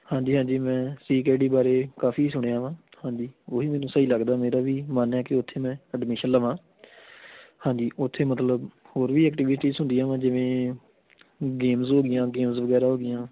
ਹਾਂਜੀ ਹਾਂਜੀ ਮੈਂ ਸੀ ਕੇ ਡੀ ਬਾਰੇ ਕਾਫੀ ਸੁਣਿਆ ਵਾ ਹਾਂਜੀ ਉਹੀ ਮੈਨੂੰ ਸਹੀ ਲੱਗਦਾ ਮੇਰਾ ਵੀ ਮਨ ਹੈ ਕਿ ਉੱਥੇ ਮੈਂ ਐਡਮਿਸ਼ਨ ਲਵਾਂ ਹਾਂਜੀ ਉੱਥੇ ਮਤਲਬ ਹੋਰ ਵੀ ਐਕਟੀਵਿਟੀਜ਼ ਹੁੰਦੀਆਂ ਵਾ ਜਿਵੇਂ ਗੇਮਸ ਹੋ ਗਈਆਂ ਗੇਮਸ ਵਗੈਰਾ ਹੋ ਗਈਆਂ